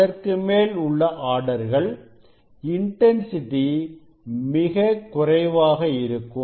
அதற்குமேல் உள்ள ஆர்டர்கள் இன்டன்சிட்டி மிகக் குறைவாக இருக்கும்